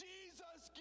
Jesus